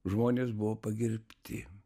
žmonės buvo pagerbti